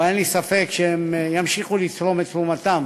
אבל אין לי ספק שהם ימשיכו לתרום את תרומתם